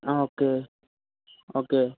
okay okay